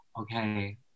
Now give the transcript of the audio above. okay